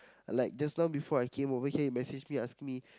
like just now before I came over here he message me and ask me